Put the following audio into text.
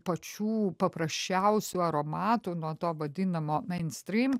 pačių paprasčiausių aromatų nuo to vadinamo meinstrym